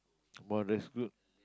!wow! that's good